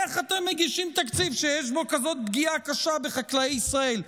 איך אתם מגישים תקציב שיש בו כזאת פגיעה קשה בחקלאי ישראל?